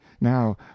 now